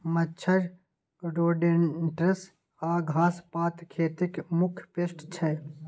मच्छर, रोडेन्ट्स आ घास पात खेतीक मुख्य पेस्ट छै